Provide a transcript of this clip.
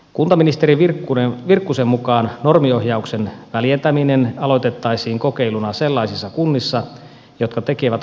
kuntaministeri virkkusen mukaan normiohjauksen väljentäminen aloitettaisiin kokeiluna sellaisissa kunnissa jotka tekevät kuntaliitoksia